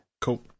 Cool